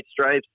stripes